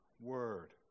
word